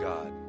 God